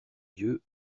dieu